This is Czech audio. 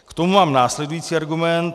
K tomu mám následující argument.